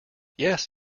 yes